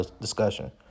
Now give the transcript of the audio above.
discussion